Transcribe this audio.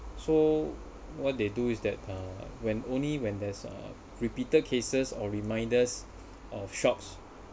so what they do is that uh when only when there's uh repeated cases or reminders of shots